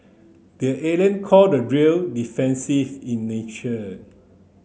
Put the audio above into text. the call the drill defensive in nature